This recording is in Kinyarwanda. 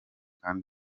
kandi